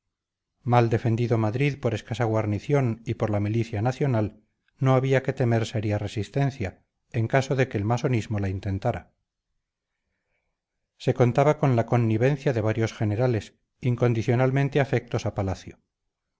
mal defendido madrid por escasa guarnición y por la milicia nacional no había que temer seria resistencia en caso de que el masonismo la intentara se contaba con la connivencia de varios generales incondicionalmente afectos a palacio